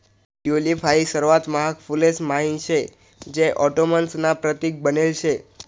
tulip हाई सर्वात महाग फुलेस म्हाईन शे जे ऑटोमन्स ना प्रतीक बनेल शे